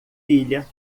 pilha